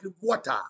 water